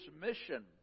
mission